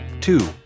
Two